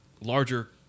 larger